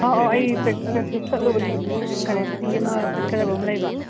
ꯑꯧ ꯑꯧ ꯑꯩ ꯄ꯭ꯔꯦꯛꯇꯤꯁ ꯆꯠꯂꯨꯕꯅꯦ ꯍꯧꯖꯤꯛ ꯀꯔꯦꯟꯠꯂꯤ ꯑꯃ ꯆꯠꯀꯗꯕ ꯑꯃ ꯂꯩꯕ